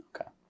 okay